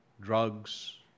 drugs